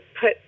put